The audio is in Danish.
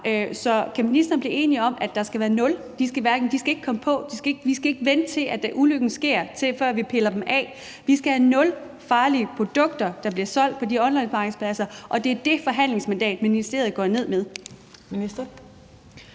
Så kan ministeren være enig i, at der skal være nul farlige produkter? Vi skal ikke vente på, at ulykken sker, før vi piller produkterne af. Vi skal have nul farlige produkter solgt på onlinemarkedspladser – og det er det forhandlingsmandat, ministeren tager ned til